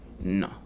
No